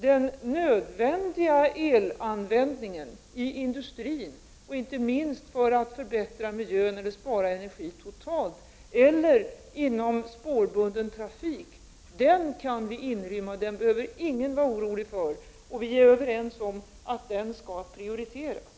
Den nödvändiga elanvändningen i industrin, inte minst för att förbättra miljön eller för att spara energi totalt, eller inom spårbunden trafik kan vi inrymma; den behöver ingen vara orolig för. Vi är överens om att denna nödvändiga elanvändning skall prioriteras.